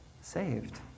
saved